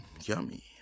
Yummy